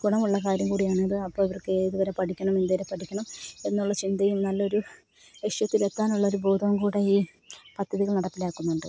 ഗുണമുള്ള കാര്യം കൂടിയണിത് അപ്പോൾ ഇവർക്ക് ഏതുവരെ പഠിക്കണം എന്തുവരെ പഠിക്കണം എന്നുള്ള ചിന്തയും നല്ലൊരു ലക്ഷ്യത്തിലെത്താനുള്ളൊരു ബോധവുംകൂടെ ഈ പദ്ധതികൾ നടപ്പിലാക്കുന്നുണ്ട്